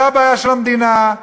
ש"נוגע למאות